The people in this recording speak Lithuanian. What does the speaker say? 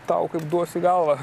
tau kaip duosiu į galvą